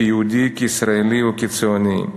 כיהודי, כישראלי וכציוני.